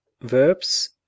Verbs